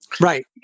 Right